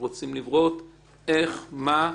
רוצים לראות איך ומה,